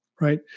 right